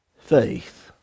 Faith